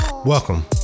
Welcome